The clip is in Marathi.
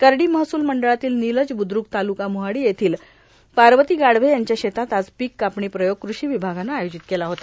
करडी महसूल मंडळातील निलज बूद्रक तालुका मोहाडी येथील पारबता गाढवे यांच्या शेतात आज पीक कापणी प्रयोग कृषी विभागाने आयोजित केला होता